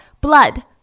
blood